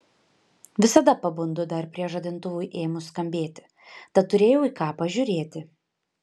visada pabundu dar prieš žadintuvui ėmus skambėti tad turėjau į ką pažiūrėti